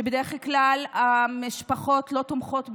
ובדרך כלל המשפחות לא תומכות בהן,